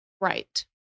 Right